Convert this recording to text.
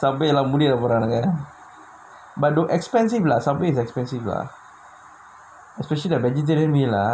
Subway எல்லா மூடிர போரானுங்க:ellaa mudira poraanunga but look expensive lah Subway is expensive lah especially the vegetarian meal ah